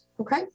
Okay